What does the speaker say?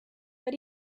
but